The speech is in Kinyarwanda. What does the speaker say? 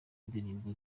indirimbo